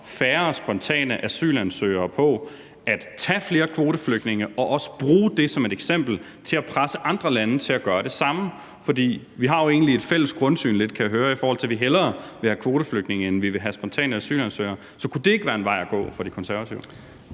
færre spontane asylansøgere på, altså at tage flere kvoteflygtninge og også bruge det som et eksempel til at presse andre lande til at gøre det samme? For vi har jo egentlig lidt et fælles grundsyn, kan jeg høre, i forhold til at vi hellere vil have kvoteflygtninge, end vi vil have spontane asylansøgere. Så kunne det ikke være en vej at gå for De Konservative?